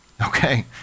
okay